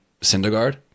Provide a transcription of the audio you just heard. Syndergaard